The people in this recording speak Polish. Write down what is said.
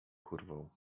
kurwą